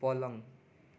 पलङ